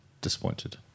disappointed